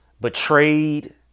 betrayed